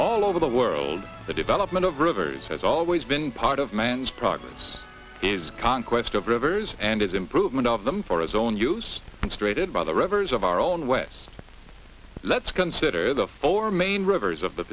all over the world the development of rivers has always been part of man's progress is conquest of rivers and his improvement of them for his own use straighted by the rivers of our own west let's consider the four main rivers of the